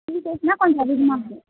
free சைஸ்னால் கொஞ்சம் அதிகமாக ஆகும்